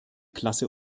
klasse